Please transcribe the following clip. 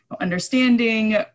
understanding